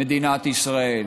מדינת ישראל.